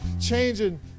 changing